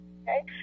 Okay